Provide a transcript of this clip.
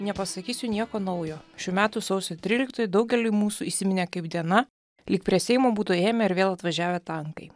nepasakysiu nieko naujo šių metų sausio tryliktoji daugeliui mūsų įsiminė kaip diena lyg prie seimo būtų ėmę ir vėl atvažiavę tankai